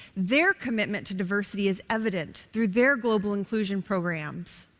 their commitment to diversity is evident through their global inclusion programs.